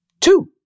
Two